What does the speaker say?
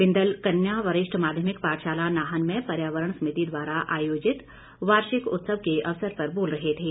बिंदल कन्या वरिष्ठ माध्यमिक पाठशाला नाहन में पर्यावरण समिति द्वारा आयोजित वार्षिक उत्सव के अवसर पर बोल रहे थे